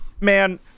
Man